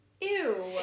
Ew